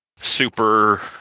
super